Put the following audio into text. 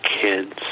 kids